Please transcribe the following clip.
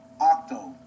Octo